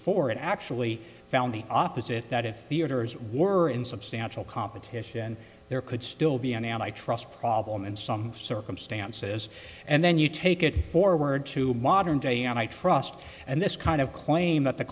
four it actually found the opposite that if theaters were in substantial competition there could still be an antitrust problem in some circumstances and then you take it forward to modern day and i trust and this kind of claim that the